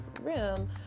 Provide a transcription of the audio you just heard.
room